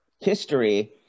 history